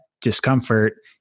discomfort